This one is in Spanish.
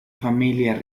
familia